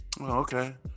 okay